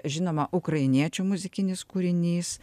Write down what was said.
žinoma ukrainiečių muzikinis kūrinys